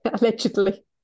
Allegedly